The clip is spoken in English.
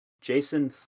Jason